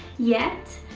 yet,